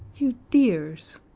you dears!